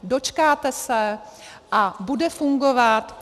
Dočkáte se a bude fungovat.